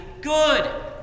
good